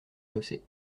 chaussée